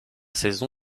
saison